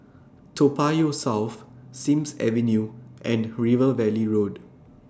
Toa Payoh South Sims Avenue and River Valley Road